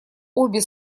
обе